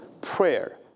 prayer